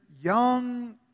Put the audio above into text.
young